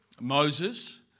Moses